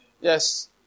Yes